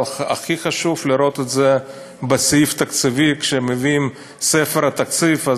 אבל הכי חשוב לראות את זה בסעיף תקציבי כשמביאים את ספר התקציב.